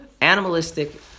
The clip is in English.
Animalistic